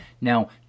Now